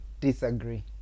disagree